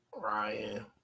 Ryan